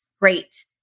great